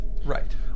Right